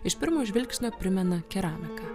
iš pirmo žvilgsnio primena keramiką